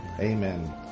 Amen